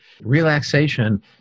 relaxation